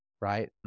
right